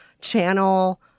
channel